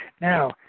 Now